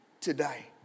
today